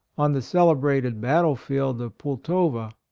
on the celebrated battle-field of pultowa.